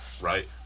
right